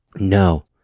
No